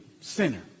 sinner